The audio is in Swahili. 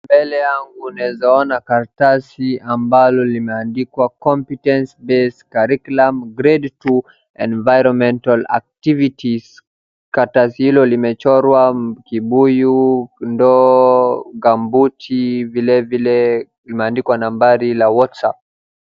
Mbele yangu naweza ona karatasi ambalo limeandikwa competence based curriculum enviromental activities karatasi hilo limechorwa kibuyu ndoo, gambuti vile vile imeandikwa nambari ya whatsapp.